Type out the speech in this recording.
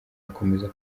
akomeza